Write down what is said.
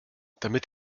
damit